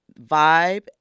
Vibe